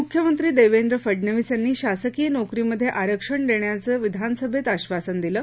मुख्यमंत्री देवेंद्र फडणवीस यांनी शासकीय नोकरीमध्ये आरक्षण देण्याचे विधानसभेत आक्षासन दिले